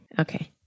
Okay